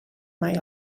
mai